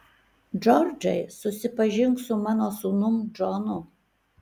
džordžai susipažink su mano sūnum džonu